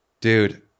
dude